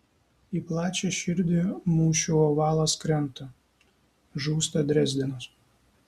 į plačią širdį mūšių ovalas krenta žūsta drezdenas